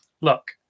look